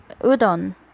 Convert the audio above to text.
udon